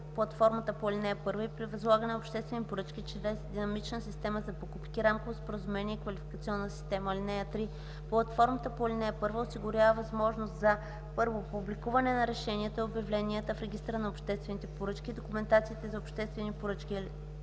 платформата по ал. 1 и при възлагане на обществени поръчки чрез динамична система за покупки, рамково споразумение и квалификационна система. (3) Платформата по ал. 1 осигурява възможност за: 1. публикуване на решенията и обявленията в Регистъра на обществените поръчки и документациите за обществени поръчки;